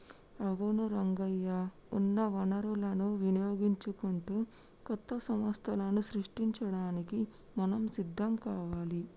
అవును రంగయ్య ఉన్న వనరులను వినియోగించుకుంటూ కొత్త సంస్థలను సృష్టించడానికి మనం సిద్ధం కావాలి